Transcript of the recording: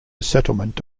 settlement